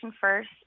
first